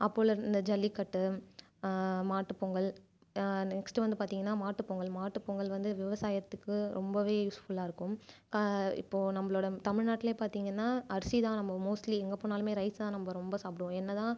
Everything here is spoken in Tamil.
அப்போல இந்த ஜல்லிக்கட்டு மாட்டு பொங்கல் நெஸ்ட்டு வந்து பார்த்திங்கன்னா மாட்டு பொங்கல் மாட்டு பொங்கல் வந்து விவசாயத்துக்கு ரொம்பவே யூஸ் ஃபுல்லாக இருக்கும் இப்போ நம்மளோட தமிழ் நாட்டுல பார்த்திங்கன்னா அரிசி தான் நம்ப மோஸ்ட்லி எங்கே போனாலும் ரைஸ் தான் நம்ம ரொம்ப சாப்பிடுவோம் என்ன தான்